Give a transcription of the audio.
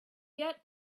yet